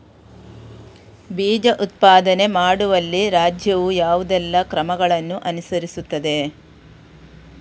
ಬೀಜ ಉತ್ಪಾದನೆ ಮಾಡುವಲ್ಲಿ ರಾಜ್ಯವು ಯಾವುದೆಲ್ಲ ಕ್ರಮಗಳನ್ನು ಅನುಕರಿಸುತ್ತದೆ?